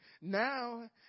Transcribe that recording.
Now